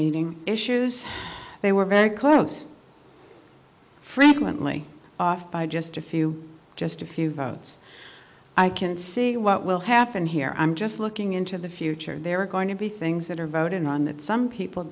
meeting issues they were very close frequently off by just a few just a few votes i can see what will happen here i'm just looking into the future there are going to be things that are voted on that some people